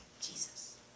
Jesus